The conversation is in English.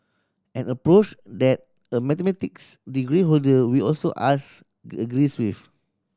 an approach that the mathematics degree holder we also asked agrees with